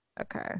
Okay